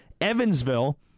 Evansville